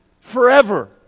forever